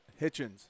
Hitchens